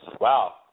Wow